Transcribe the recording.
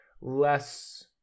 less